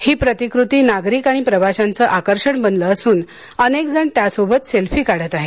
ही प्रतिकृती नागरिक आणि प्रवाशांचं आकर्षण बनलं असून अनेकजण त्यासोबत सेल्फी काढत आहेत